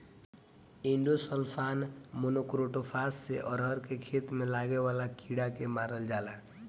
endosulfan, monocrotophos से अरहर के खेत में लागे वाला कीड़ा के मारल जाला